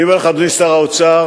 אני אומר לך, אדוני שר האוצר,